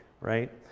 right